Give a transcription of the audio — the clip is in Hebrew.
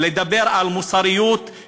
לדבר על מוסריות,